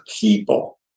people